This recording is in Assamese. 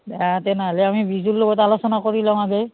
দিয়া তেনেহ'লে আমি বিজুৰ লগত আলোচনা কৰি লওঁ আগে